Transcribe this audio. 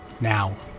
Now